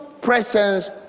presence